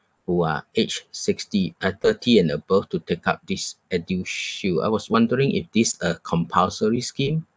who are aged sixty uh thirty and above to take up this eldershield I was wondering if this a compulsory scheme